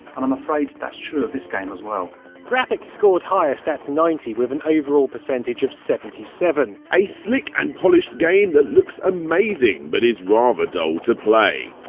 and i'm afraid that's true of this game as well graphics scored highest at ninety, with an overall percentage of seventy seven percent a slick and polished game that looks amazing, but is rather dull to play.